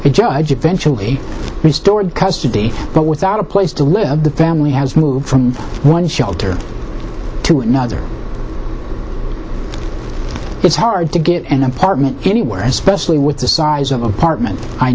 eventually restored custody but without a place to live the family has moved from one shelter to another it's hard to get an apartment anywhere especially with the size of apartment i